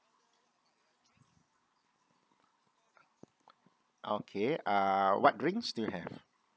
okay uh what drinks do you have